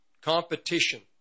competition